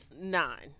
nine